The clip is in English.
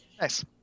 Nice